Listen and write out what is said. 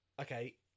Okay